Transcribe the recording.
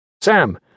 Sam